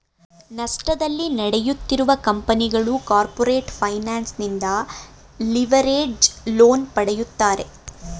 ನಷ್ಟದಲ್ಲಿ ನಡೆಯುತ್ತಿರುವ ಕಂಪನಿಗಳು ಕಾರ್ಪೊರೇಟ್ ಫೈನಾನ್ಸ್ ನಿಂದ ಲಿವರೇಜ್ಡ್ ಲೋನ್ ಪಡೆಯುತ್ತಾರೆ